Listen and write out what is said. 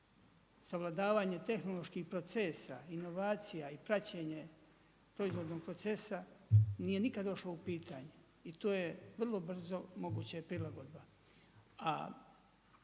savladavanje tehnoloških procesa, inovacija i praćenje proizvodnog procesa nije nikad došlo u pitanje i to je vrlo brzo moguće prilagodba,